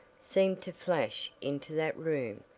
seemed to flash into that room.